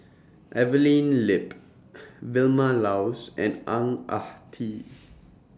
Evelyn Lip Vilma Laus and Ang Ah Tee